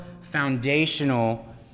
foundational